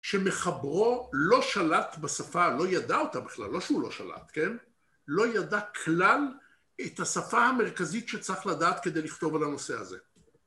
שמחברו לא שלט בשפה, לא ידע אותה בכלל, לא שהוא לא שלט, כן? לא ידע כלל את השפה המרכזית שצריך לדעת כדי לכתוב על הנושא הזה.